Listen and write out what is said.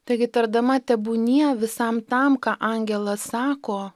taigi tardama tebūnie visam tam ką angelas sako